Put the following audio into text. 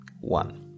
one